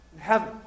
heaven